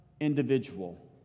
individual